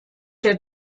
der